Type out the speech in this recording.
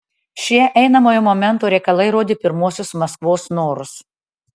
šie einamojo momento reikalai rodė pirmuosius maskvos norus